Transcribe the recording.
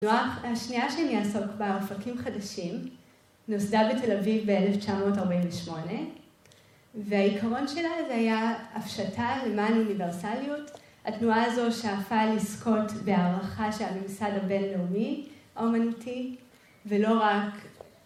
התנועה השנייה שאני אעסוק בה, אואקים חדשים, נוסדה בתל אביב ב-1948 והעיקרון שלה זה היה הפשטה למען אוניברסליות, התנועה הזו שאפה לזכות בהערכה של הממסד הבינלאומי האומנתי, ולא רק